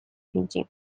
widzi